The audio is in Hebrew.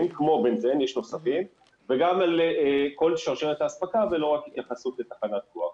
כמו בנזן וגם על כל שרשרת ההספקה ולא רק התייחסות לתחנת כוח.